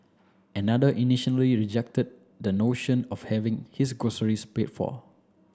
another initially rejected the notion of having his groceries paid for